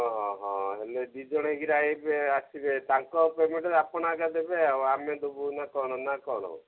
ହଁ ହଁ ହେଲେ ଦୁଇ ଜଣ ହେଇକରି ଆସିବେ ଆସିବେ ତାଙ୍କ ପେମେଣ୍ଟରେ ଆପଣ ଆକା ଦେବେ ଆଉ ଆମେ ଦବୁ ନା କ'ଣ ନା କ'ଣ